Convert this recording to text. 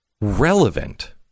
relevant